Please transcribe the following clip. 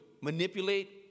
manipulate